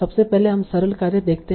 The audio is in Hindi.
सबसे पहले हम सरल कार्य देखते हैं